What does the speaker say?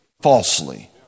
falsely